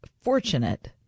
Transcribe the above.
fortunate